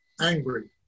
angry